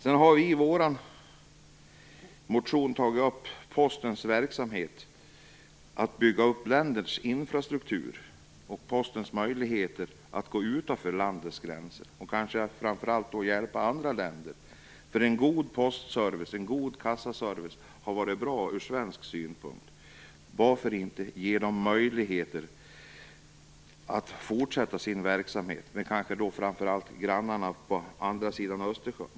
Vi har i vår motion tagit upp Postens verksamhet att bygga länders infrastruktur och Postens möjligheter att gå utanför landets gränser, och kanske framför allt hjälpa andra länder. En god postservice och en god kassaservice har varit bra ur svensk synpunkt. Varför inte ge Posten möjligheter att fortsätta sin verksamhet med framför allt grannarna andra sidan Östersjön?